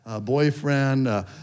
boyfriend